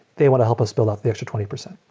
they want to help us build out the extra twenty percent.